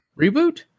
Reboot